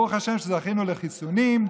ברוך השם שזכינו לחיסונים,